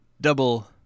Double